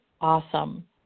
awesome